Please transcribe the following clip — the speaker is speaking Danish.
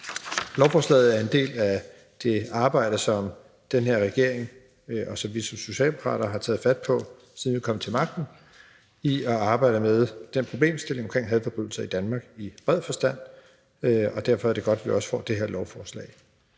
Lovforslaget er en del af det arbejde, som den her regering og som vi, Socialdemokraterne, har taget fat på, siden vi kom til magten, nemlig at arbejde med den problemstilling omkring hadforbrydelser i Danmark i bred forstand, og derfor er det godt, at vi også får det her lovforslag.